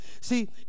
see